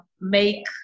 make